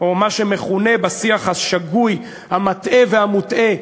או מה שמכונה בשיח השגוי המטעה והמוטעה